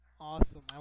awesome